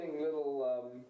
little